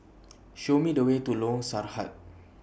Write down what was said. Show Me The Way to Lorong Sarhad